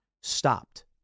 stopped